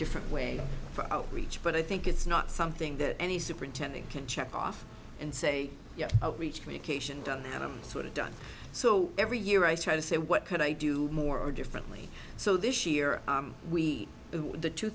different way for outreach but i think it's not something that any superintending can check off and say yeah outreach communication and i'm sort of done so every year i try to say what could i do more differently so this year we do the two